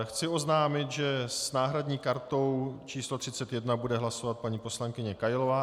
Chci oznámit, že s náhradní kartou číslo 31 bude hlasovat paní poslankyně Kailová.